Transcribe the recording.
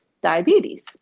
diabetes